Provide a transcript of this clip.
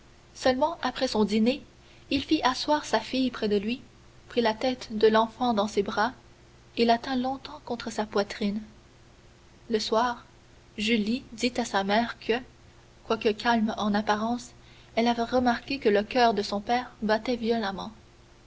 seulement après son dîner il fit asseoir sa fille près de lui prit la tête de l'enfant dans ses bras et la tint longtemps contre sa poitrine le soir julie dit à sa mère que quoique calme en apparence elle avait remarqué que le coeur de son père battait violemment